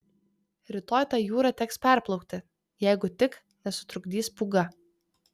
rytoj tą jūrą teks perplaukti jeigu tik nesutrukdys pūga